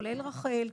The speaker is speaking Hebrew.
כולל רח"ל,